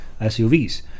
SUVs